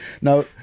Now